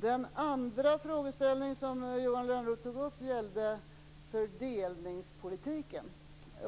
Den andra frågeställningen gällde fördelningspolitiken.